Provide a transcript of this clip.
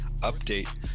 update